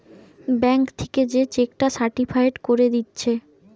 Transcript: bank থিকে যে cheque টা সার্টিফায়েড কোরে দিচ্ছে